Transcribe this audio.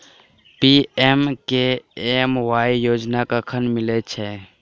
PMKMY योजना कखन मिलय छै?